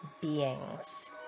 beings